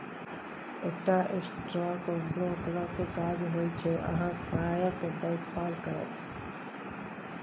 एकटा स्टॉक ब्रोकरक काज होइत छै अहाँक पायक देखभाल करब